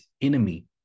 enemy